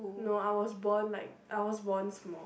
no I was born like I was born small